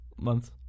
months